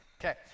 Okay